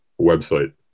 website